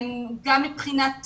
גם מבחינת תקינה,